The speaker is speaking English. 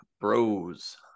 Bros